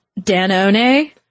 Danone